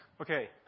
Okay